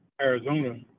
Arizona –